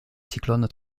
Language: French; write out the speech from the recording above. cyclone